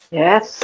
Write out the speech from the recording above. yes